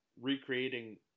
recreating